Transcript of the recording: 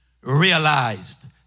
Realized